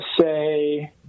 say